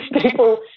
People